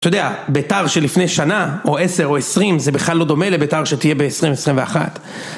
אתה יודע, ביתר של לפני שנה, או עשר, או עשרים, זה בכלל לא דומה לביתר שתהיה ב-20, 21.